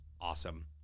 Awesome